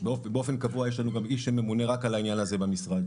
ובאופן קבוע יש לנו גם איש שממונה רק על העניין הזה במשרד,